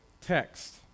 text